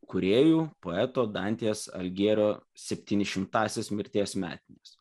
kūrėjų poeto dantės algierio septyni šimtąsias mirties metines